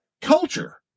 culture